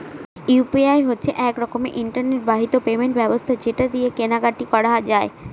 UPI হচ্ছে এক রকমের ইন্টারনেট বাহিত পেমেন্ট ব্যবস্থা যেটা দিয়ে কেনা কাটি করা যায়